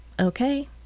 Okay